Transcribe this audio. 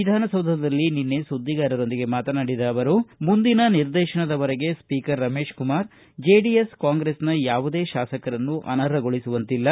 ವಿಧಾನಸೌಧದಲ್ಲಿ ನಿನ್ನೆ ಸುದ್ದಿಗಾರರೊಂದಿಗೆ ಮಾತನಾಡಿದ ಅವರು ಮುಂದಿನ ನಿರ್ದೇಶನದವರೆಗೆ ಸ್ವೀಕರ್ ರಮೇಶ್ ಕುಮಾರ್ ಜೆಡಿಎಸ್ ಕಾಂಗ್ರೆಸ್ನ ಯಾವುದೇ ಶಾಸಕರನ್ನು ಅನರ್ಹಗೊಳಿಸುವಂತಿಲ್ಲ